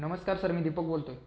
नमस्कार सर मी दीपक बोलतो आहे